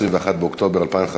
21 באוקטובר 2015